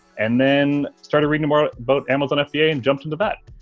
and then, started reading about but amazon fba and jumped into that.